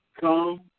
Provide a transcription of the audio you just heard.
Come